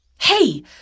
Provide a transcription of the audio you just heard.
Hey